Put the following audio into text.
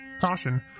caution